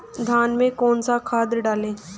धान में कौन सा खाद डालें?